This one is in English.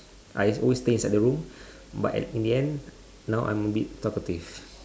I just always stay inside the room but at in the end now I am a bit talkative